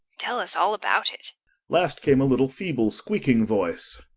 tell us all about it last came a little feeble, squeaking voice,